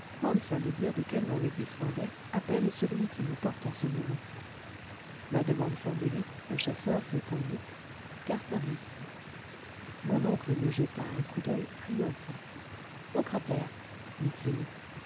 va nous dire de quel nom les islandais appellent celui qui nous porte en ce moment la demande formulée le chasseur répondit scartaris mon oncle me jeta un coup d'oeil triomphant au cratère dit-il